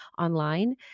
online